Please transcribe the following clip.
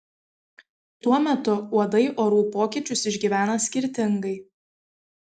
tuo metu uodai orų pokyčius išgyvena skirtingai